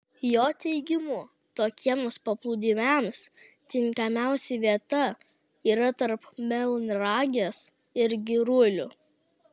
jo teigimu tokiems paplūdimiams tinkamiausia vieta yra tarp melnragės ir girulių